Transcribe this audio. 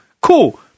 Cool